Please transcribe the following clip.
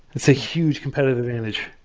it's a huge competitive advantage.